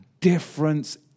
difference